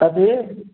कथी